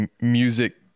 music